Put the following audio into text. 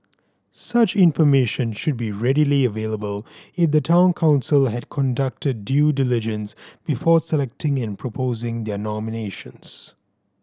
such information should be readily available if the Town Council had conducted due diligence before selecting and proposing their nominations